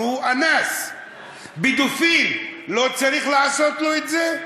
הרי הוא אנס, פדופיל, לא צריך לעשות לו את זה?